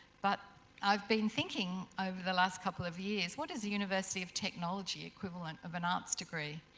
but i've been thinking over the last couple of years what does the university of technology equivalent of an arts degree?